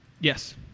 Yes